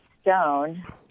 Stone